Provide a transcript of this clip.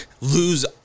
lose